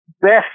best